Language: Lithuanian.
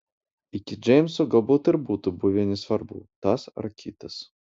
iki džeimso galbūt ir būtų buvę nesvarbu tas ar kitas